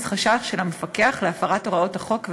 חשש של המפקח להפרת הוראות החוק והצו.